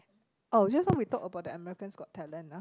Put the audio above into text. oh just now we talk about the America's-Got-Talents ah